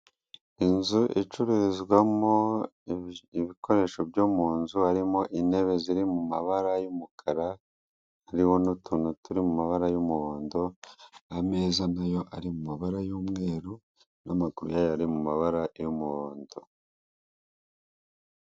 Inzu icururizwamo ibikoresho byo mu nzu, harimo intebe ziri mu mabara y'umukara hariho n'utuntu turi mu mabara y'umuhondo, ameza nayo ari mabara y'umweru n'amaguru yayo ari mu mabara y'umuhondo.